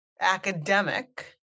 academic